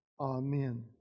Amen